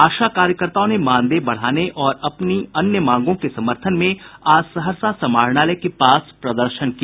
आशा कार्यकर्ताओं ने मानदेय बढ़ाने और अपनी अन्य मांगों के समर्थन में आज सहरसा समाहरणालय के पास प्रदर्शन किया